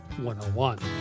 101